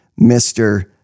Mr